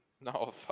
No